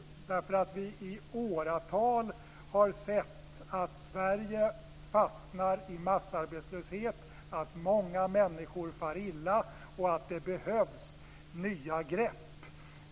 Vi har i åratal sett att Sverige fastnar i massarbetslöshet, att många människor far illa och att det behövs nya grepp.